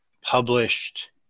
published